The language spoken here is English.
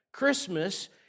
Christmas